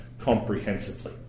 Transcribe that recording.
comprehensively